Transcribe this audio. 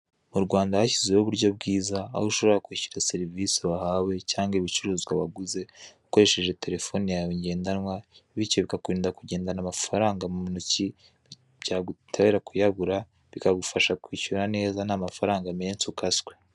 Mu Rwanda hashyizweho uburyo bwiza, aho ushobora kwishyura serivisi uhawe cyangwa ibicuruzwa waguze ukoresheje telefone yawe ngendanwa, bityo bikakurinda kugendana amafaranga mu ntoki, byagutera kuyabura, bikagufasha kwishura neza nta mafaranga menshi ukaswe.